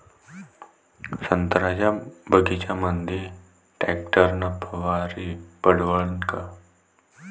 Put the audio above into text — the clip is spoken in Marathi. संत्र्याच्या बगीच्यामंदी टॅक्टर न फवारनी परवडन का?